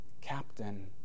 captain